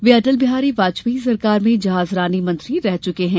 वे अटल बिहारी वाजपेयी सरकार में जहाजरानी मंत्री रह चुके हैं